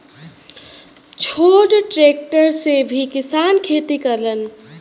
छोट ट्रेक्टर से भी किसान खेती करलन